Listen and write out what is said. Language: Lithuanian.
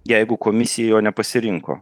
jeigu komisija jo nepasirinko